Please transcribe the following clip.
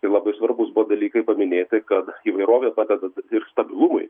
ir labai svarbūs buvo dalykai paminėti kad įvairovė padeda ir stabilumui